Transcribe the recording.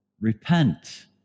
Repent